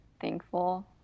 thankful